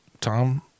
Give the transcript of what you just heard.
Tom